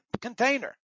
container